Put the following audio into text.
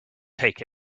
take